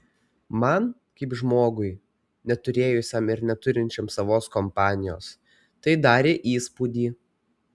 man kaip žmogui neturėjusiam ir neturinčiam savos kompanijos tai darė įspūdį